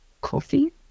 Coffee